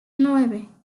nueve